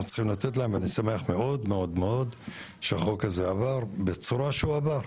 אנחנו צריכים לתת להם ואני שמח מאוד מאוד שהחוק הזה עבר בצורה שהוא עבר.